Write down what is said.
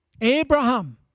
Abraham